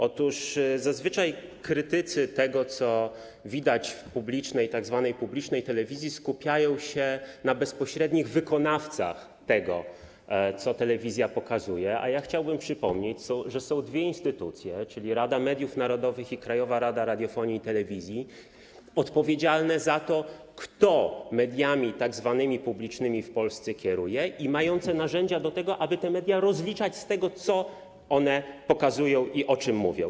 Otóż zazwyczaj krytycy tego, co widać w tzw. telewizji publicznej, skupiają się na bezpośrednich wykonawcach tego, co telewizja pokazuje, a ja chciałbym przypomnieć, że są dwie instytucje, czyli Rada Mediów Narodowych i Krajowa Rada Radiofonii i Telewizji, odpowiedzialne za to, kto kieruje tzw. mediami publicznymi w Polsce, i mające narzędzia do tego, aby te media rozliczać z tego, co one pokazują i o czym mówią.